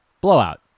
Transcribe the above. blowout